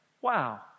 Wow